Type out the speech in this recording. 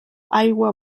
aigua